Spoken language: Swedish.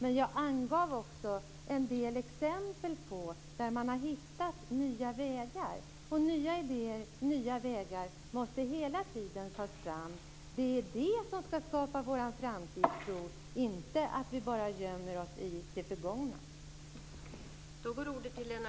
Men jag gav också en del exempel på att man har hittat nya vägar. Och nya idéer och nya vägar måste hela tiden tas fram. Det är det som skall skapa vår framtidstro, inte att vi gömmer oss i det förgångna.